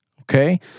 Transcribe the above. Okay